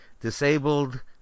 Disabled